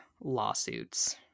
Lawsuits